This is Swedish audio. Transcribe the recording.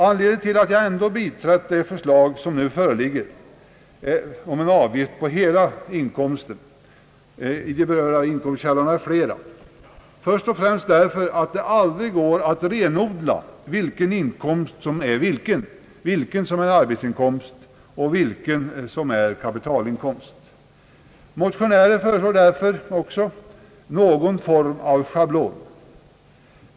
Anledningen till att jag ändå biträtt det förslag som nu föreligger om avgift på hela inkomsten från de berörda inkomstkällorna är först och främst att det aldrig går att renodla vilken inkomst som är arbetsinkomst och vilken som är kapitalinkomst. Motionärer föreslår därför också någon form av schablon.